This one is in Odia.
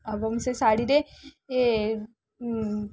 ଏବଂ ସେ ଶାଢ଼ୀରେ ଏ